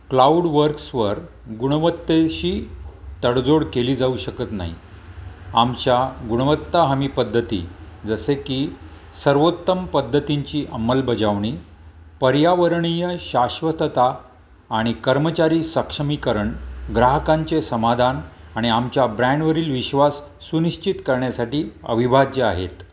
cloud वर्क्सवर गुणवत्तेशी तडजोड केली जाऊ शकत नाही आमच्या गुणवत्ता हमी पद्धती जसे की सर्वोत्तम पद्धतींची अंमलबजावणी पर्यावरणीय शाश्वतता आणि कर्मचारी सक्षमीकरण ग्राहकांचे समाधान आणि आमच्या ब्रँडवरील विश्वास सुनिश्चित करण्यासाठी अविभाज्य आहेत